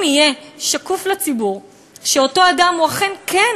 אם יהיה שקוף לציבור שאותו אדם אכן כן